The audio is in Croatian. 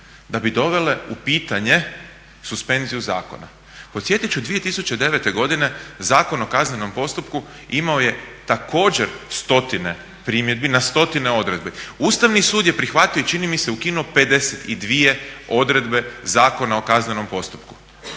da bi dovele u pitanje suspenziju zakona. Podsjetit ću, 2009. godine Zakon o kaznenom postupku imao je također stotine primjedbe na stotine odredbi. Ustavni sud je prihvatio i čini mi se ukinuo 52 odredbe Zakona o kaznenom postupku,